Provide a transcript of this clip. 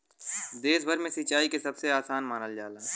देश भर में सिंचाई के सबसे आसान मानल जाला